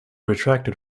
retracted